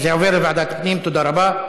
והגנת הסביבה נתקבלה.